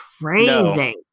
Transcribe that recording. crazy